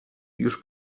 już